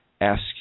Ask